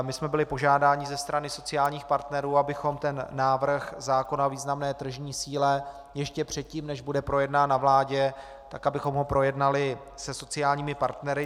My jsme byli požádáni ze strany sociálních partnerů, abychom ten návrh zákona o významné tržní síle ještě předtím, než bude projednán na vládě, projednali se sociálními partnery.